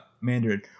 Mandarin